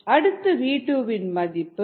அடுத்த v2 வின் மதிப்பு 15